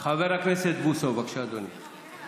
חבר הכנסת בוסו, בבקשה, אדוני.